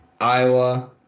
Iowa